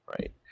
right